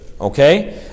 okay